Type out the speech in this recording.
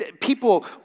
People